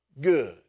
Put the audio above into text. good